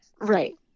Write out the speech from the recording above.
Right